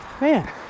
Man